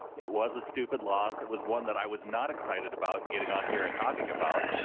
it was a stupid loss. it was one that i was not excited about getting on here and talking about,